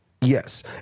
Yes